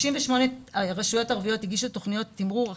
38 רשויות ערביות הגישו תוכניות תמרור.